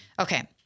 Okay